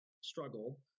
struggle